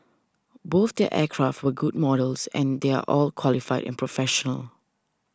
both their aircraft were good models and they're all qualified and professional